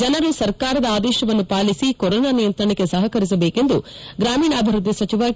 ಜನರು ಸರ್ಕಾರದ ಆದೇಶವನ್ನು ಪಾಲಿಸಿ ಕೊರೋನಾ ನಿಯಂತ್ರಣಕ್ಕೆ ಸಹಕರಿಸಬೇಕು ಎಂದು ಗ್ರಾಮೀಣಾಭಿವೃದ್ದಿ ಸಚಿವ ಕೆ